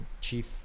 chief